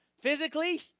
Physically